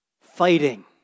fighting